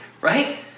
right